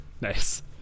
Nice